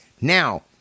Now